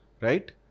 right